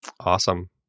Awesome